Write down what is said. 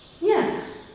Yes